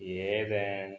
Athens